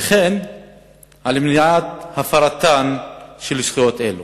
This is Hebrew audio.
וכן על מניעת הפרתן של זכויות אלה.